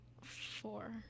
four